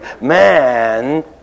man